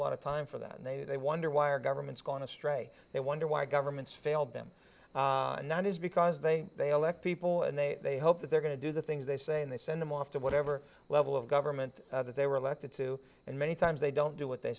lot of time for that and they wonder why are governments gone astray they wonder why governments failed them and that is because they they all act people and they hope that they're going to do the things they say and they send them off to whatever level of government that they were elected to and many times they don't do what they